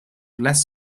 less